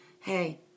hey